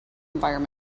environment